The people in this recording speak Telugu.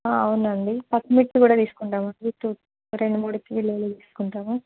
అవునండి పచ్చిమిర్చి కూడా తీసుకుంటామండి టూ టు ఒక రెండు మూడు కిలోలు తీసుకుంటాము